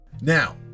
Now